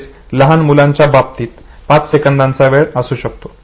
तसेच लहान मुलांच्या बाबतीत 5 सेकंदाचा वेळ असु शकतो